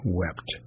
wept